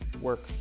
work